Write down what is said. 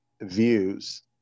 views